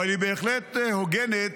אבל היא בהחלט הוגנת